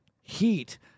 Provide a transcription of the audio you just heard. heat